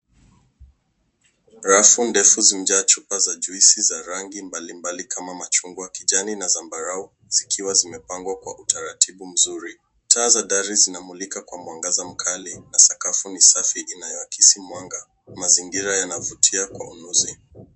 Rafu ndefu zimejaa chupa za jwisi za rangi mbalimbali kama machungwa, kijani na zambarau zikiwa zimepangwa kwa utaratibu mzuri. Taa za dari zinamulika kwa mwangaza mkali na sakafu ni safi inayoakisi mwanga. Mazingira yanavutia kwa ulufi.